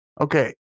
Okay